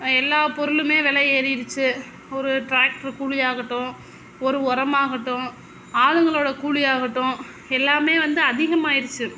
எல்லா பொருளும் விலை ஏறிடுச்சு ஒரு டிராக்ட்ரு கூலி ஆகட்டும் ஒரு உரமாகட்டும் ஆளுங்களோட கூலியாகட்டும் எல்லாம் வந்து அதிகமாயிடுச்சு